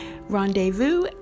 rendezvous